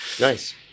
nice